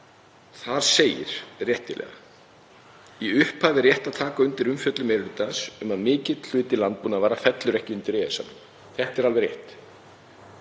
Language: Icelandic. Þar segir réttilega: „Í upphafi er rétt að taka undir umfjöllun meiri hlutans um að mikill hluti landbúnaðarvara fellur ekki undir EES-samninginn.“ Þetta er alveg rétt.